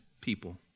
people